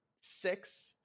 six